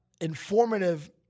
informative